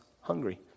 hungry